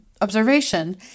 observation